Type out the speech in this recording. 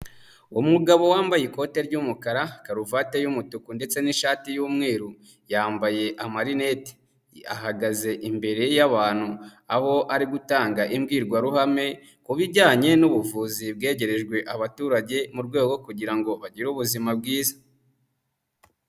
Umugabo wambaye ikoti ry'umukara, karuvati y'umutuku ndetse n'ishati yumweru, yambaye amarineti, ahagaze imbere y'abantu, aho ari gutanga imbwirwaruhame ku bijyanye n'ubuvuzi bwegerejwe abaturage, mu rwego kugirango bagire ubuzima bwiza.